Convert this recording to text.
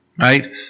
right